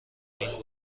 این